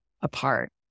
apart